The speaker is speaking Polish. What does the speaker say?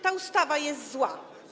Ta ustawa jest zła.